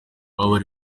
baba